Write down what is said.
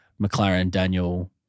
McLaren-Daniel